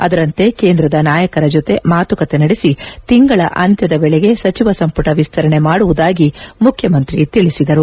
ಅದರಂತೆ ಕೇಂದ್ರದ ನಾಯಕರ ಜೊತೆ ಮಾತುಕತೆ ನಡೆಸಿ ತಿಂಗಳ ಅಂತ್ಯದ ವೇಳಿಗೆ ಸಚಿವ ಸಂಪುಟ ವಿಸ್ಕರಣೆ ಮಾಡುವುದಾಗಿ ಮುಖ್ಜಮಂತ್ರಿ ತಿಳಿಸಿದರು